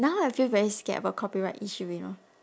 now I feel very scared about copyright issue you know